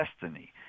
destiny